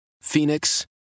Phoenix